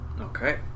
Okay